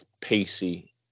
pacey